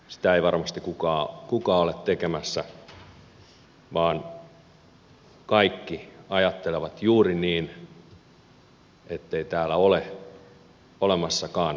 sitä ei varmasti kukaan ole tekemässä vaan kaikki ajattelevat juuri niin ettei täällä ole olemassakaan sotasyyllisiä